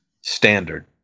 standard